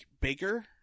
baker